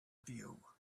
view